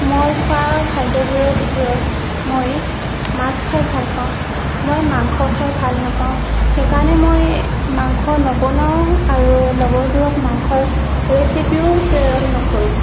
মই খোৱা খাদ্যবোৰৰ ভিতৰত মই মাছ খাই ভাল পাওঁ মই মাংস খাই ভাল নাপাওঁ সেইকাৰণে মই মাংস নবনাও আৰু লগৰবোৰক মাংসৰ ৰেছিপিও প্ৰেৰণ নকৰোঁ